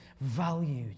valued